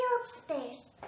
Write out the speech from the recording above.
upstairs